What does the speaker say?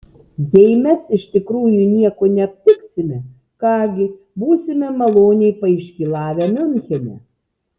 jei mes iš tikrųjų nieko neaptiksime ką gi būsime maloniai paiškylavę miunchene